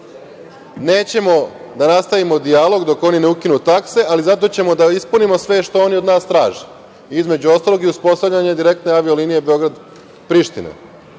da nastavimo dijalog dok oni ne ukinu takse, ali zato ćemo da ispunimo sve što oni od nas traže, između ostalog i uspostavljanje direktne avio-linije Bograd – Priština. Mi